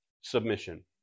submission